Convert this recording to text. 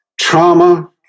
trauma